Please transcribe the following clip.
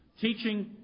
Teaching